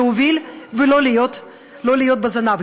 להוביל ולא להיות בזנב,